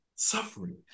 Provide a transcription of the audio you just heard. suffering